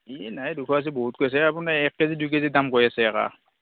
ই নাই দুশ আশী বহুত কৈছে আপুনি এক কেজি দুই কেজিৰ দাম কৈ আছে